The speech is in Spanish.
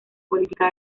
política